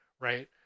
right